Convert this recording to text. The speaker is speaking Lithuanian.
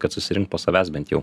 kad susirinkt po savęs bent jau